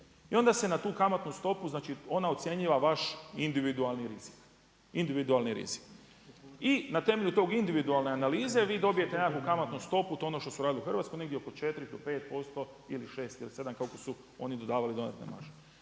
i onda se na tu kamatnu stopu, znači ona ocjenjiva vaš individualni rizik. Individualni rizik. I na temelju tog individualne analize, vi dobijete nekakvu kamatnu stopu, to je ono što su radili u Hrvatskoj negdje oko 4 do 5% ili 6 ili 7, kako su oni dodavali dodatne marže.